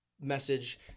message